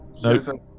No